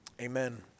amen